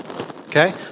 Okay